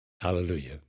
Hallelujah